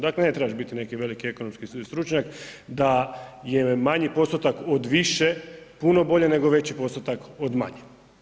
Dakle, ne trebaš biti neki veliki ekonomski stručnjak da je manji postotak od više puno bolje od veći postotak od manje.